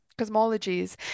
cosmologies